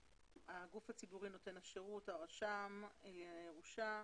נותן השירות הוא הרשם לענייני ירושה.